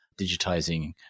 digitizing